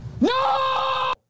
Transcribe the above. No